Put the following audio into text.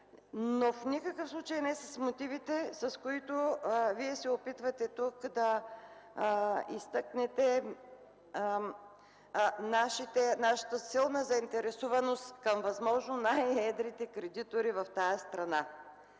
но в никакъв случай не с мотивите, с които Вие се опитвате тук да изтъкнете нашата силна заинтересованост към възможно най-едрите кредитори в тази страна,